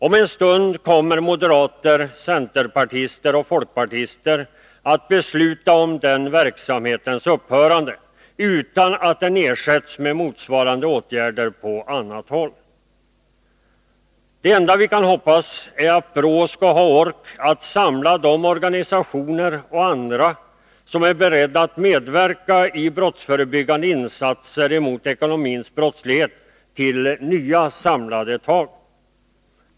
Om en stund kommer moderater, centerpartister och folkpartister att besluta om denna verksamhets upphörande — utan att den ersätts med motsvarande åtgärder på annat håll. Det enda vi kan hoppas är att BRÅ skall ha ork att samla de organisationer och andra som är beredda att medverka i brottsförebyggande insatser mot den ekonomiska brottsligheten till gemensamma tag.